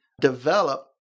develop